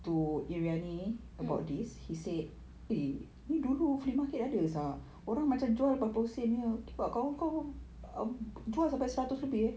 mmhmm